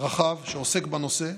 רחב שעוסק בנושא,